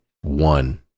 one